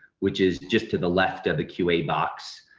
which is just to the left of the q a box,